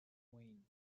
wayne